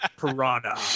Piranha